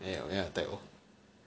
没有 attack 我